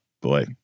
boy